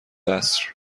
عصر